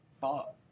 fuck